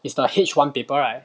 is the H one paper right